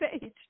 page